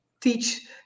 teach